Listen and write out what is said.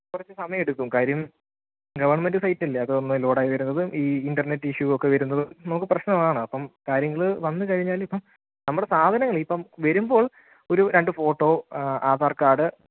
കുറച്ച് സമയം എടുക്കും കാര്യം ഗവൺമെൻറ്റ് സൈറ്റല്ലേ അതൊന്ന് ലോഡായി വരുന്നതും ഈ ഇന്റർനെറ്റ് ഇഷ്യൂ ഒക്കെ വരുന്നതും നമുക്ക് പ്രശ്നം ആണ് അപ്പം കാര്യങ്ങൾ വന്ന് കഴിഞ്ഞാൽ ഇപ്പം നമ്മുടെ സാധനങ്ങൾ ഇപ്പം വരുമ്പോൾ ഒരു രണ്ട് ഫോട്ടോ ആധാർ കാഡ്